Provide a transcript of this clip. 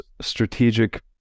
strategic